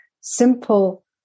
simple